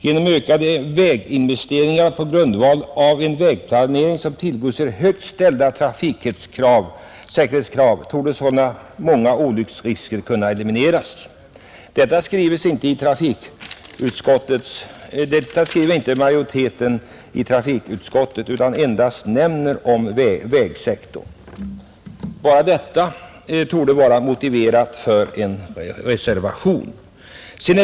Genom ökade väginvesteringar på grundval av en vägplanering som tillgodoser högt ställda trafiksäkerhetskrav torde sålunda många olycksrisker kunna elimineras.” Det är inte utskottsmajoriteten som har skrivit det. Utskottet har endast nämnt vägsektorn, Bara detta torde ha varit motivering nog för att skriva reservationen.